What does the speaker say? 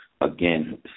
Again